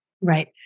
Right